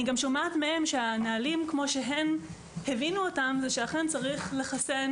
אני שומעת מהן שהנהלים כמו שהן הבינו אותן הם שצריך לחסן